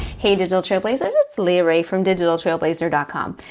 hey digital trailblazers, it's leah rae from digitaltrailblazer ah com.